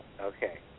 Okay